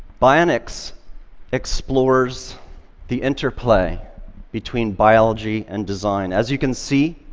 bionics explores the interplay between biology and design. as you can see,